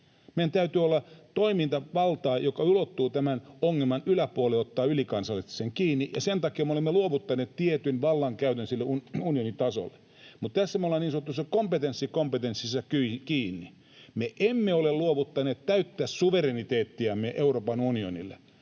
Meillä täytyy olla toimintavaltaa, joka ulottuu tämän ongelman yläpuolelle, ottaa ylikansallisesti sen kiinni, ja sen takia me olemme luovuttaneet tietyn vallankäytön sille unionin tasolle. Mutta tässä me ollaan niin sanotussa kompetenssikompetenssissa kiinni. Me emme ole luovuttaneet täyttä suvereniteettiamme Euroopan unionille,